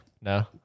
No